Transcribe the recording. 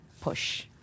push